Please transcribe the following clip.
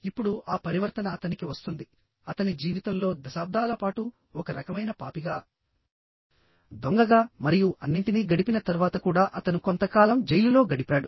ఇప్పుడు ఆ పరివర్తన అతనికి వస్తుంది అతని జీవితంలో దశాబ్దాలపాటు ఒక రకమైన పాపిగా దొంగగా మరియు అన్నింటినీ గడిపిన తర్వాత కూడా అతను కొంతకాలం జైలులో గడిపాడు